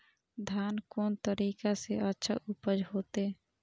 धान कोन तरीका से अच्छा उपज होते?